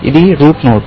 ఇది root node